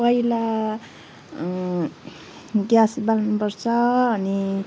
पहिला ग्यास बाल्नु पर्छ अनि